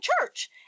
church